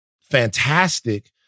fantastic